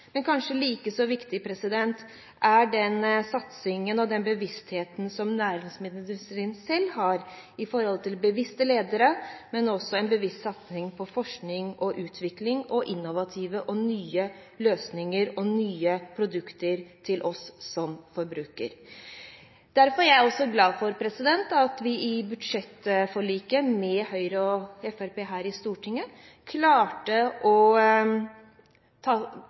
men kanskje like viktig er den satsingen og den bevisstheten som næringsmiddelindustrien selv har med hensyn til bevisste ledere og en bevisst satsing på forskning og utvikling og innovative og nye løsninger og nye produkter til oss som forbrukere. Derfor er jeg glad for at vi i budsjettforliket med Høyre og Fremskrittspartiet her i Stortinget klarte å